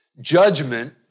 judgment